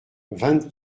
vingt